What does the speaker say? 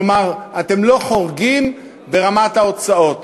כלומר, אתם לא חורגים ברמת ההוצאות.